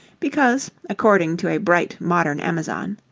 because, according to a bright modern amazon,